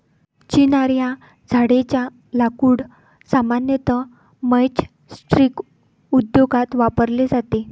चिनार या झाडेच्या लाकूड सामान्यतः मैचस्टीक उद्योगात वापरले जाते